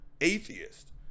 atheist